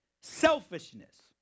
Selfishness